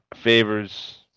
Favors